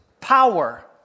power